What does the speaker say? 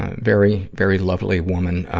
ah very, very lovely woman, ah,